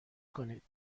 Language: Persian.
کنید